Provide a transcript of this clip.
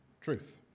truth